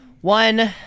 One